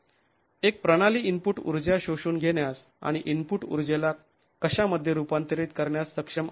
एक प्रणाली इनपुट ऊर्जा शोषून घेण्यास आणि इनपुट ऊर्जेला कशामध्ये रूपांतरित करण्यास सक्षम आहे